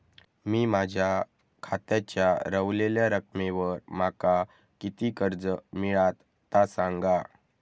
मी माझ्या खात्याच्या ऱ्हवलेल्या रकमेवर माका किती कर्ज मिळात ता सांगा?